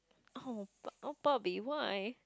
oh Bob~ oh Bobby why